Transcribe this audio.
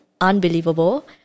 Unbelievable